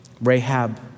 Rahab